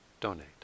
donate